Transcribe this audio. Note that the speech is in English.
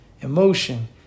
Emotion